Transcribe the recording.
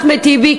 אחמד טיבי,